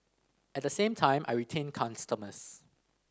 at the same time I retain customers